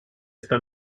está